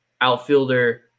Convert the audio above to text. outfielder